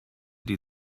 die